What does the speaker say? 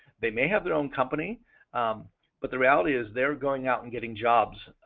they may have their own company but the reality is they are going out and getting jobs